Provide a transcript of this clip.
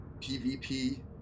PvP